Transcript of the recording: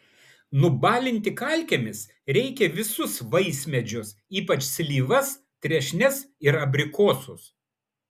nubalinti kalkėmis reikia visus vaismedžius ypač slyvas trešnes ir abrikosus